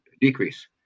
decrease